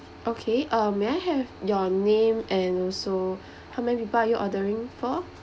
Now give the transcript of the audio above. okay uh may I have your name and also how many people are you ordering for